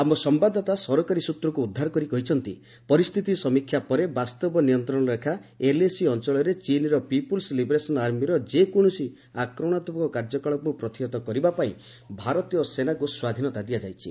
ଆମ ସମ୍ଭାଦଦାତା ସରକାରୀ ସ୍ତ୍ରକ୍ର ଉଦ୍ଧାର କରି କହିଛନ୍ତି ପରିସ୍ଥିତି ସମୀକ୍ଷା ପରେ ବାସ୍ତବ ନିୟନ୍ତ୍ରଣ ରେଖା ଏଲ୍ଏସି ଅଞ୍ଚଳରେ ଚୀନର ପିପ୍ରଲ୍ସ ଲିବରେସନ ଆର୍ମିର ଯେକୌଣସି ଆକ୍ରମଣାତ୍ମକ କାର୍ଯ୍ୟକଳାପକୁ ପ୍ରତିହତ କରିବା ପାଇଁ ଭାରତୀୟ ସେନାକୁ ସ୍ୱାଧୀନତା ଦିଆଯାଇଛି